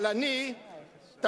אבל אני תמים,